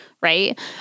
right